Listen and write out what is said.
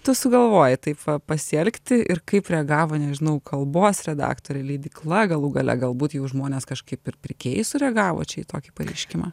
tu sugalvojai taip va pasielgti ir kaip reagavo nežinau kalbos redaktorė leidykla galų gale galbūt jau žmonės kažkaip ir pirkėjai sureagavo čia į tokį pareiškimą